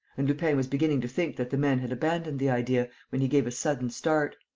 and lupin was beginning to think that the men had abandoned the idea, when he gave a sudden start.